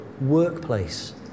workplace